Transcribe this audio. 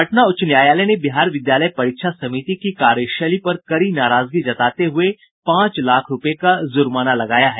पटना उच्च न्यायालय ने बिहार विद्यालय परीक्षा समिति की कार्यशैली पर कड़ी नाराजगी जताते हुये पांच लाख रुपये का जुर्माना लगाया है